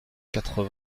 quatre